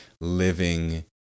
living